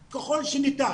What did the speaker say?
שניתן.